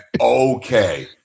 okay